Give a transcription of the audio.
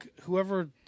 whoever